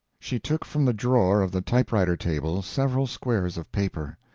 she took from the drawer of the type-writer-table several squares of paper.